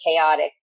chaotic